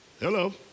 Hello